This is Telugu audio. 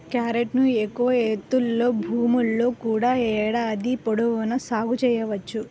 క్యారెట్ను ఎక్కువ ఎత్తులో భూముల్లో కూడా ఏడాది పొడవునా సాగు చేయవచ్చు